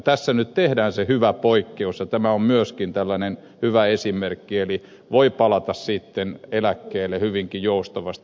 tässä nyt tehdään se hyvä poikkeus ja tämä on myöskin tällainen hyvä esimerkki eli voi palata sitten eläkkeelle hyvinkin joustavasti